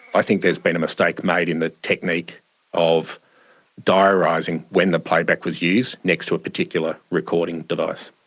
i think there's been a mistake made in the technique of diarising when the playback was used next to a particular recording device.